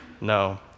No